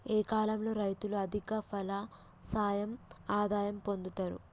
ఏ కాలం లో రైతులు అధిక ఫలసాయం ఆదాయం పొందుతరు?